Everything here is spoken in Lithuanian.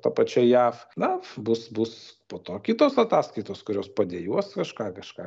ta pačia jav na bus bus po to kitos ataskaitos kurios padėjuos kažką kažką